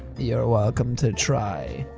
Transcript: you're welcome to try!